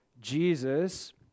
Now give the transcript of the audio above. Jesus